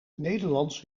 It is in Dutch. nederlands